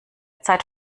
zeit